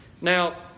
Now